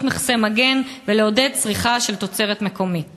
מכסי מגן ולעודד צריכה של תוצרת מקומית.